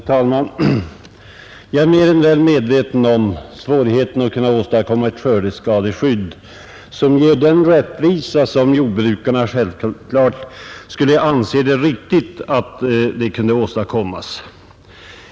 Herr talman! Jag är mer än väl medveten om svårigheterna att kunna åstadkomma ett skördeskadeskydd som ger den rättvisa som jordbrukarna självklart skulle anse riktig.